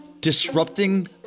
disrupting